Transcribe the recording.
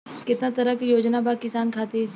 केतना तरह के योजना बा किसान खातिर?